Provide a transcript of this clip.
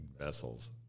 vessels